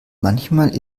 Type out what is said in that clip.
manchmal